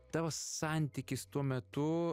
tavo santykis tuo metu